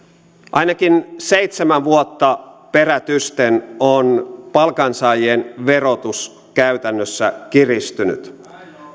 ainakin seitsemän vuotta perätysten on palkansaajien verotus käytännössä kiristynyt